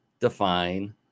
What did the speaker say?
define